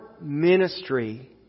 ministry